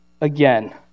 again